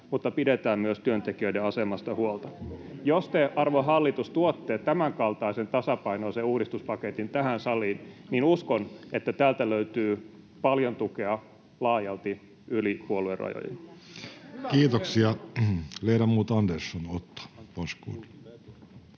mutta pidetään myös työntekijöiden asemasta huolta. Jos te, arvon hallitus, tuotte tämänkaltaisen tasapainoisen uudistuspaketin tähän saliin, uskon, että täältä löytyy paljon tukea laajalti yli puoluerajojen. [Speech 49] Speaker: Jussi